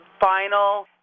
final